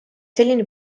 selline